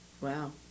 Wow